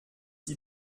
die